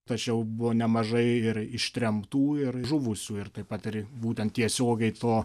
tačiau buvo nemažai ir ištremtų ir žuvusių ir taip pat ir būtent tiesiogiai to